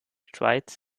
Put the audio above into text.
schweiz